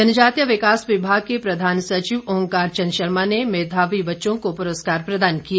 जनजातीय विकास विभाग के प्रधान सचिव ओंकार चंद शर्मा ने मेधावी बच्चों को पुरस्कार प्रदान किए